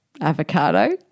Avocado